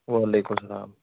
وعلیکُم السلام